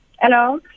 Hello